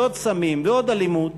ועוד סמים, ועוד אלימות,